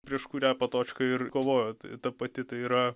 prieš kurią patočka ir kovojo tai ta pati tai yra